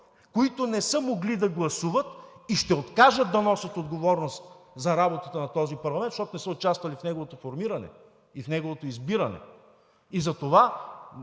които не са могли да гласуват и ще откажат да носят отговорност за работата на този парламент, защото не са участвали в неговото формиране и в неговото избиране. Затова